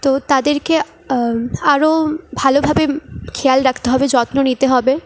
তো তাদেরকে আরও ভালোভাবে খেয়াল রাখতে হবে যত্ন নিতে হবে